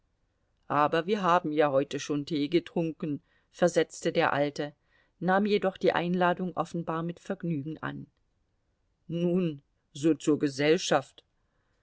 aber wir haben ja heute schon tee getrunken versetzte der alte nahm jedoch die einladung offenbar mit vergnügen an nun so zur gesellschaft